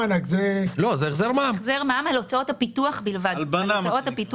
זה החזר מע"מ על הוצאות הפיתוח בלבד.